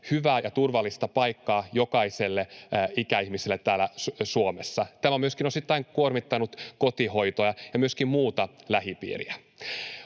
hyvää ja turvallista paikkaa jokaiselle ikäihmiselle täällä Suomessa. Tämä on osittain kuormittanut kotihoitoa ja myös muuta lähipiiriä.